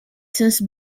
since